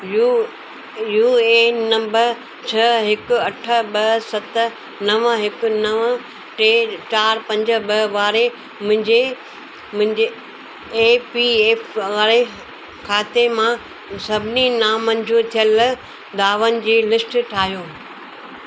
U U N number छह हिकु अठ ॿ सत नव हिकु नव टे चारि पंज ॿ वारे मुंहिंजे मुंहिंजे ए पी एफ वारे खाते मां सभिनी नामंज़ूरु थियल दावनि जी लिस्ट ठाहियो